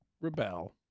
rebel